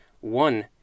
One